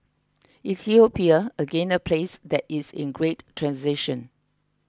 Ethiopia again a place that is in great transition